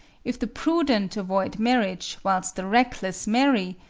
if the prudent avoid marriage, whilst the reckless marry,